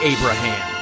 Abraham